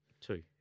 two